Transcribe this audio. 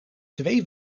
twee